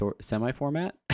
semi-format